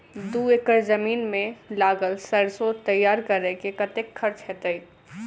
दू एकड़ जमीन मे लागल सैरसो तैयार करै मे कतेक खर्च हेतै?